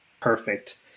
perfect